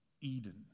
Eden